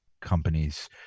companies